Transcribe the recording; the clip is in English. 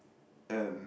and